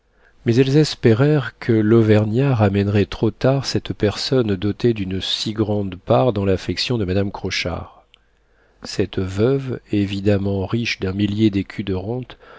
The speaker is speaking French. mais elles espérèrent que l'auvergnat ramènerait trop tard cette personne dotée d'une si grande part dans l'affection de madame crochard cette veuve évidemment riche d'un millier d'écus de rente